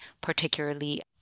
particularly